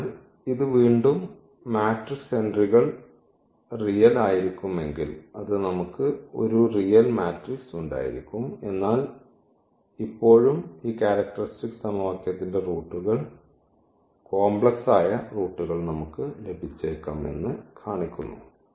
അതിനാൽ ഇത് വീണ്ടും മാട്രിക്സ് എൻട്രികൾ റിയൽ ആയിരിക്കും എങ്കിൽ അത് നമുക്ക് ഒരു റിയൽ മാട്രിക്സ് ഉണ്ടായിരിക്കും എന്നാൽ ഇപ്പോഴും ഈ ക്യാരക്ടറിസ്റ്റിക് സമവാക്യത്തിന്റെ റൂട്ടുകൾ കോംപ്ലക്സ്മായ റൂട്ടുകൾ നമുക്ക് ലഭിച്ചേക്കാം എന്ന് കാണിക്കുന്നു